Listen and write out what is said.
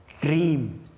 Dream